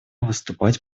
выступать